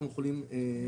אנחנו יכולים לגלות.